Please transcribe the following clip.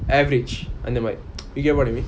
average அந்த மாறி:antha maari you get what I mean